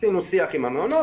עשינו שיח עם המעונות,